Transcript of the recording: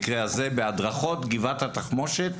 גם בהדרכות על גבעת התחמושת,